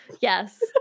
Yes